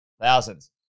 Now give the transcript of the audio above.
Thousands